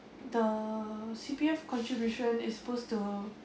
the C_P_F contribution is supposed to